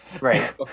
Right